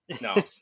no